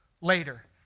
later